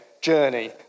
journey